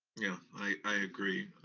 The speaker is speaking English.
yeah, i agree.